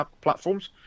platforms